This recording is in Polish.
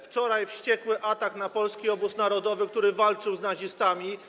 Wczoraj wściekły atak na Polski Obóz Narodowy, który walczył z nazistami.